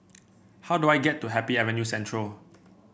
how do I get to Happy Avenue Central